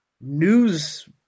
news